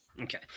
Okay